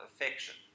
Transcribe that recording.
affection